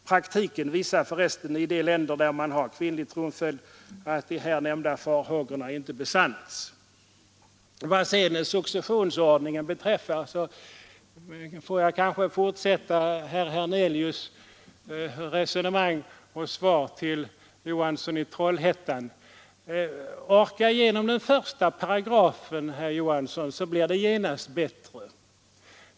Praktiken visar förresten — i de länder där man har kvinnlig tronföljd — att de nämnda farhågorna inte besannats. Vad beträffar successionsordningen skulle jag vilja göra ett tillägg till herr Hernelius” svar till herr Johansson i Trollhättan och säga: Försök att komma igenom den första paragrafen, herr Johansson, så blir det genast bättre.